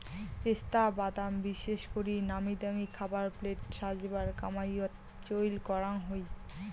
পেস্তা বাদাম বিশেষ করি নামিদামি খাবার প্লেট সাজেবার কামাইয়ত চইল করাং হই